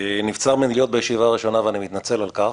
נבצר ממני להיות בישיבה הראשונה ואני מתנצל על כך,